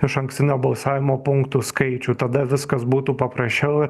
išankstinio balsavimo punktų skaičių tada viskas būtų paprasčiau